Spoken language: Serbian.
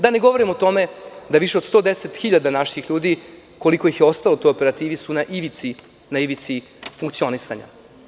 Da ne govorim o tome da više od 110 hiljada naših ljudi, koliko ih je ostalo u toj operativi, su na ivici funkcionisanja.